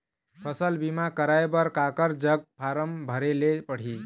फसल बीमा कराए बर काकर जग फारम भरेले पड़ही?